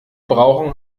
brauchen